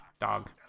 dog